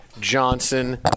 Johnson